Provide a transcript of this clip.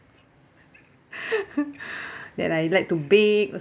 that I like to bake also